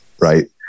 right